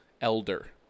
elder